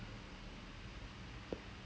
ya like I think I'm much better